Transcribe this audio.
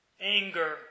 Anger